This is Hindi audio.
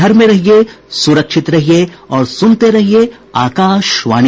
घर में रहिये सुरक्षित रहिये और सुनते रहिये आकाशवाणी